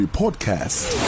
podcast